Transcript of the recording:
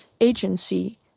agency